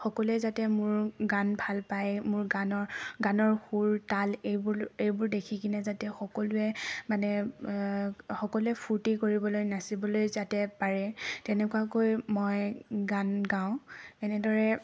সকলোৱে যাতে মোৰ গান ভাল পায় মোৰ গানৰ গানৰ সুৰ তাল এইবোৰ এইবোৰ দেখি কেনে যাতে সকলোৱে মানে সকলোৱে ফূৰ্তি কৰিবলৈ নাচিবলৈ যাতে পাৰে তেনেকুৱাকৈ মই গান গাওঁ এনেদৰে